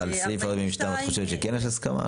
ועל סעיף 42 את חושבת שכן יש הסכמה?